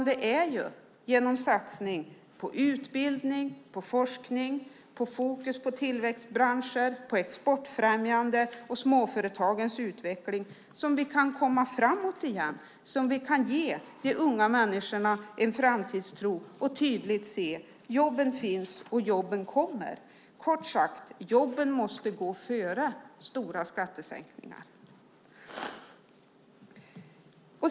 Det är genom satsning på utbildning och forskning och genom att ha fokus på tillväxtbranscher, exportfrämjande och småföretagens utveckling som vi kan komma framåt igen. På så sätt kan vi ge de unga människorna en framtidstro och tydligt se att jobben finns och jobben kommer. Kort sagt: Jobben måste gå före stora skattesänkningar.